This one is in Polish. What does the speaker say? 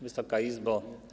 Wysoka Izbo!